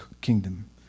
kingdom